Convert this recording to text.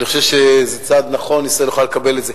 אני חושב שזה צעד נכון, ישראל יכולה לקבל את זה.